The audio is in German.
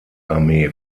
armee